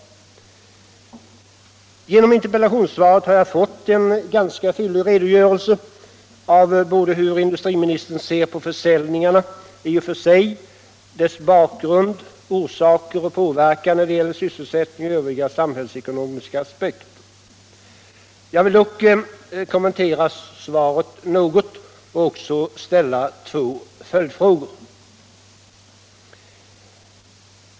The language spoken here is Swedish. Genom interpellationssvaret har jag fått en ganska fyllig redogörelse för hur industriministern ser på försäljningarna i och för sig — deras bakgrund samt orsaker och påverkan när det gäller sysselsättning och övriga samhällsekonomiska aspekter. Jag vill dock kommentera svaret något och även ställa två följdfrågor.